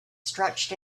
stretched